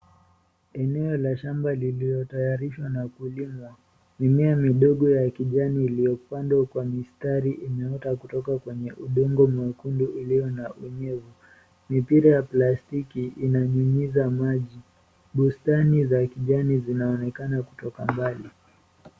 Eneo la shamba lililotayarishwa kulimwa, mimea midogo ya kijani iliyopandwa kwa mistari imeota kutoka kwenye udongo mwekundu iliyo na unyevu, mipira ya plastiki inanyunyiza maji, bustani za kijani zinaonekana kutoka mbali.